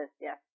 yes